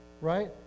right